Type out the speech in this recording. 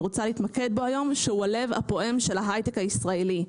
רוצה להתמקד בו היום ושהוא הלב הפועם של ההיי-טק הישראלי.